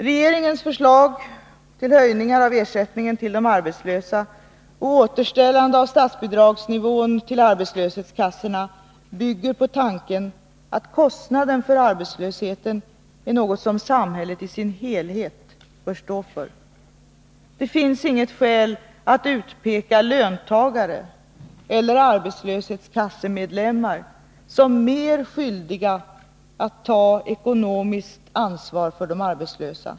Regeringens förslag till höjningar av ersättningen till de arbetslösa och återställande av statsbidragsnivån för arbetslöshetskassorna bygger på tanken att kostnaden för arbetslösheten är något som samhället i dess helhet bör stå för. Det finns inget skäl att utpeka löntagare eller arbetslöshetskassemedlemmar som mer skyldiga att ta ekonomiskt ansvar för de arbetslösa.